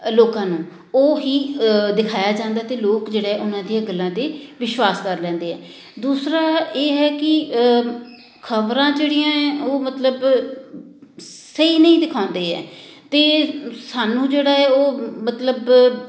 ਲੋਕਾਂ ਨੂੰ ਉਹ ਹੀ ਦਿਖਾਇਆ ਜਾਂਦਾ ਅਤੇ ਲੋਕ ਜਿਹੜੇ ਉਹਨਾਂ ਦੀਆਂ ਗੱਲਾਂ 'ਤੇ ਵਿਸ਼ਵਾਸ ਕਰ ਲੈਂਦੇ ਆ ਦੂਸਰਾ ਇਹ ਹੈ ਕਿ ਖਬਰਾਂ ਜਿਹੜੀਆਂ ਏ ਉਹ ਮਤਲਬ ਸਹੀ ਨਹੀਂ ਦਿਖਾਉਂਦੇ ਏ ਅਤੇ ਸਾਨੂੰ ਜਿਹੜਾ ਏ ਉਹ ਮਤਲਬ